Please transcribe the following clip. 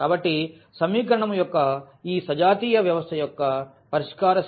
కాబట్టి సమీకరణం యొక్క ఈ సజాతీయ వ్యవస్థ యొక్క పరిష్కార సమితి Ax 0